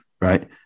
right